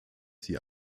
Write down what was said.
sie